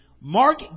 Mark